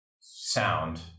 sound